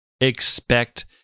expect